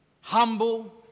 Humble